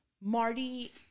Marty